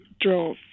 draw